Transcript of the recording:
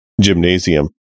gymnasium